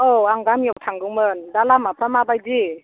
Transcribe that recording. औ आं गामियाव थांगौमोन दा लामाफ्रा माबायदि